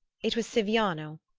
it was siviano,